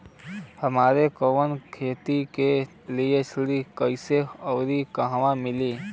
हमरा कवनो खेती के लिये ऋण कइसे अउर कहवा मिली?